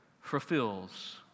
fulfills